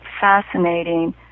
fascinating